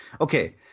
Okay